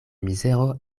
mizero